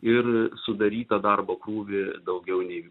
ir sudarytą darbo krūvį daugiau nei